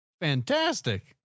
Fantastic